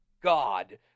God